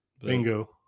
Bingo